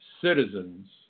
citizens